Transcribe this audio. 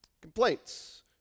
Complaints